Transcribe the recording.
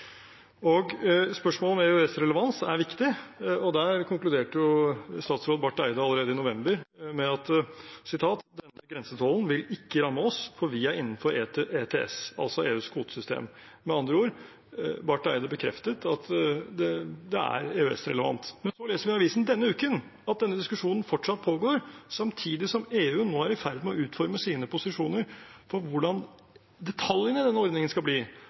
Spørsmålet om EØS-relevans er viktig, og der konkluderte statsråd Barth Eide allerede i november med at grensetollen vil ikke ramme oss, for vi er innenfor ETS – altså EUs kvotesystem. Med andre ord bekreftet Barth Eide at det er EØS-relevant. Men så leser vi i avisen denne uken at denne diskusjonen fortsatt pågår, samtidig som EU nå er i ferd med å utforme sine posisjoner for hvordan detaljene i denne ordningen skal bli.